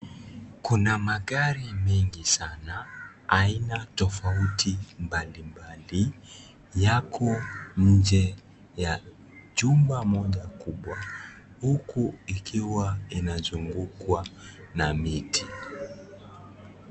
Kuna magari mengi sana, aina tofauti mbalimbali, yako nje ya jumba moja kubwa, huku ikiwa inazungukwa na miti.